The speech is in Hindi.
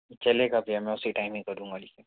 चलेगा भैया मैं उसी टाइम ही करूँगा लेकिन